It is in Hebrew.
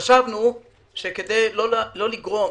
חשבנו שכדי לא לגרום